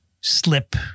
slip